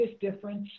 difference